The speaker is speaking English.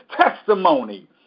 testimony